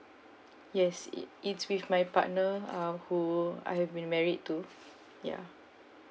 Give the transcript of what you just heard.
yes it it's with my partner um who I have been married to ya